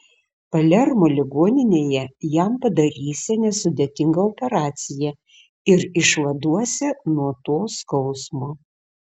palermo ligoninėje jam padarysią nesudėtingą operaciją ir išvaduosią nuo to skausmo